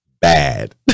bad